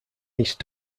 east